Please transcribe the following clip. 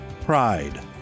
pride